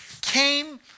came